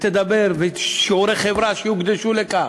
ותדבר בשיעורי חברה שיוקדשו לכך.